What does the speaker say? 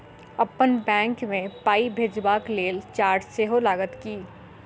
अप्पन बैंक मे पाई भेजबाक लेल चार्ज सेहो लागत की?